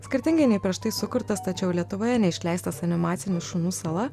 skirtingai nei prieš tai sukurtas tačiau lietuvoje neišleistas animacinis šunų sala